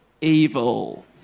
Evil